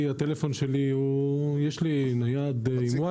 הטלפון שלי הוא עם וואטסאפ.